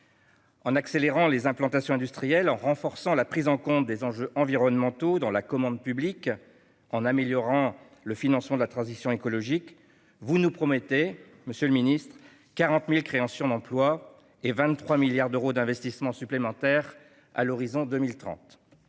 En accélérant les implantations industrielles, en renforçant la prise en compte des enjeux environnementaux dans la commande publique, en améliorant le financement de la transition écologique, vous nous promettez, messieurs les ministres, 40 000 créations d'emplois et 23 milliards d'euros d'investissements supplémentaires à l'horizon 2030.